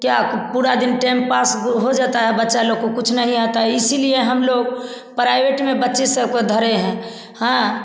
क्या पूरा दिन टेम पास हो जाता है बच्चा लोग को कुछ नहीं आता इसीलिए हम लोग प्राइवेट में बच्चे सबको धरे हैं हाँ